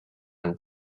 and